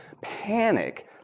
panic